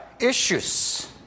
issues